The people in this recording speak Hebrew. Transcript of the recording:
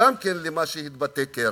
גם להתבטאות של קרי.